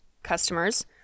customers